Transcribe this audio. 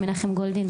מנחם גולדין,